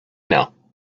know